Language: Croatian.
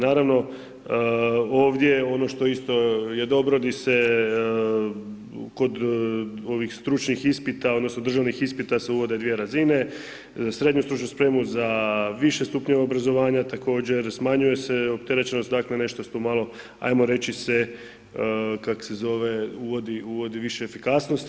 Naravno, ovdje ono što isto je dobro, di se kod ovih stručnih ispita, odnosno državnih ispita se uvode dvije razine, srednju stručnu spremu za više stupnjeve obrazovanja također smanjuje se opterećenost dakle nešto smo malo ajmo reći se kak se zove uvodi više efikasnosti.